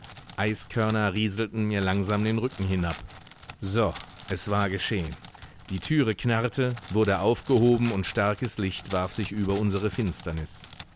eiskörner rieselten mir langsam den rücken hinab so es war geschehen die türe knarrte wurde aufgehoben und starkes licht warf sich über unsere finsternis